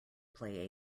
play